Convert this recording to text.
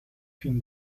fin